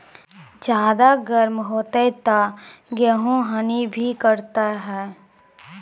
ज्यादा गर्म होते ता गेहूँ हनी भी करता है?